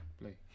Play